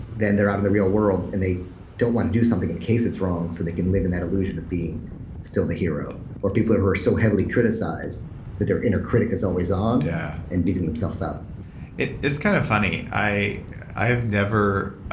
then they're out in the real world and they don't want to do something in case it's wrong so they can live in that illusion of being still the hero or people who who are so heavily criticized that their inner critic is always on yeah and beating themselves up it's kind of funny. i've never,